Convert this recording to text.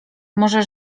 może